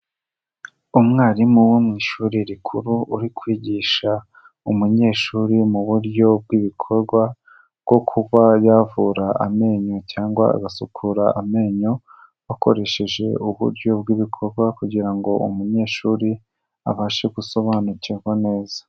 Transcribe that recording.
Umwarimu wo mu ishuri rikuru uri kwigisha umunyeshuri mu buryo bw'ibikorwa bwo kuba yavura amenyo cyangwa agasukura amenyo, akoresheje uburyo bw'ibikorwa kugira ngo umunyeshuri abashe gusobanukirwa neza.